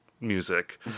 music